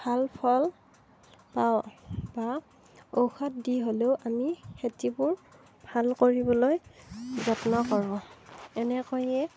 ভাল ফল পাওঁ বা ঔষধ দি হ'লেও আমি খেতিবোৰ ভাল কৰিবলৈ যত্ন কৰোঁ এনেকৈয়ে